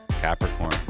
Capricorn